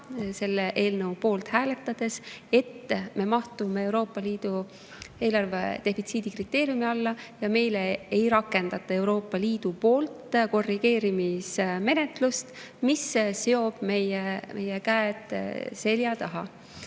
selle eelnõu poolt hääletades, et me mahuks Euroopa Liidu eelarvedefitsiidi kriteeriumi alla ja meile ei rakendataks Euroopa Liidu poolt korrigeerimismenetlust, mis seoks meie käed selja taha. Ja